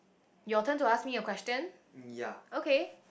your turn to ask me your question okay